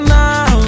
now